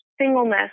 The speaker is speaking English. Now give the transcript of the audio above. singleness